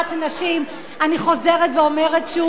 ומה אתם עושים בהדרת נשים, אני חוזרת ואומרת שוב: